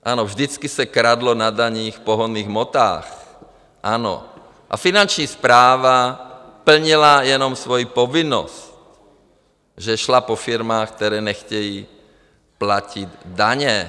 Ano, vždycky se kradlo na daních v pohonných hmotách, ano, a Finanční správa plnila jenom svoji povinnost, že šla po firmách, které nechtějí platit daně.